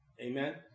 Amen